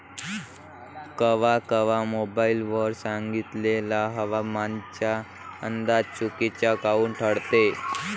कवा कवा मोबाईल वर सांगितलेला हवामानाचा अंदाज चुकीचा काऊन ठरते?